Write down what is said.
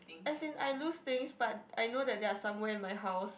as in I lose things but I know that they are somewhere in my house